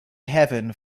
heaven